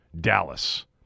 Dallas